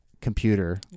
computer